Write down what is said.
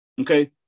Okay